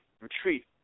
retreat